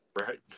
Right